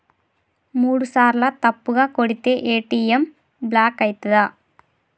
మూడుసార్ల తప్పుగా కొడితే ఏ.టి.ఎమ్ బ్లాక్ ఐతదా?